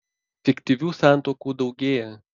fiktyvių santuokų daugėja